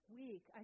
week